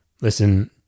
Listen